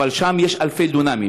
אבל שם יש אלפי דונמים.